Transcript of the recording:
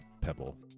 pebble